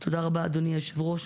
על חשבון הרשויות